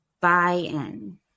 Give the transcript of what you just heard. buy-in